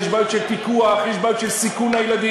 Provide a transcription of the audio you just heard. יש בעיות של פיקוח, יש בעיות של סיכון הילדים.